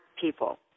people